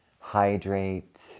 Hydrate